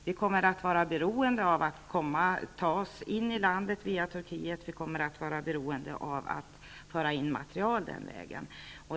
Vi kommer att vara beroende av att kunna ta oss in i landet via Turkiet, och vi kommer att vara beroende av att föra in material den vägen.